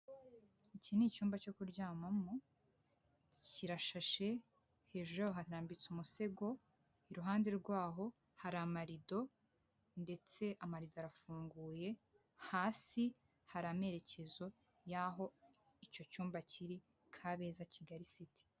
Iki ni icyumba cyo kuryamamo, kirashashe, hejuru y'aho harambitse umusego, iruhande rw'aho hari amarido ndetse amarido arafunguye, hasi hari amerekezo y'aho, icyo cyumba kiri Kabeza, Kigali city.